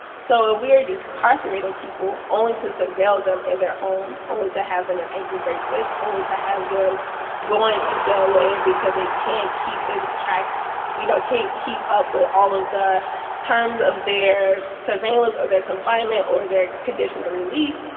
so if ah we are decarcerating people only to surveil them in their homes, only to have them in ankle bracelets, only to have them going to jail later because they can't keep in check you know can't keep up with all of the terms of their surveillance, of their confinement, or their conditional release,